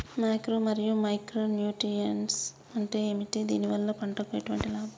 Macro మరియు micro nutrients అంటే ఏమిటి? దీనివల్ల పంటకు ఎటువంటి లాభం?